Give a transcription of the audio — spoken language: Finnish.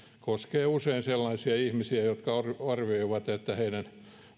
koskee usein sellaisia ihmisiä jotka arvioivat että heidän